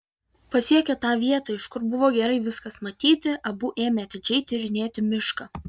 pasiekę tą vietą iš kur buvo gerai viskas matyti abu ėmė atidžiai tyrinėti mišką